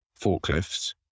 forklifts